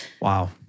Wow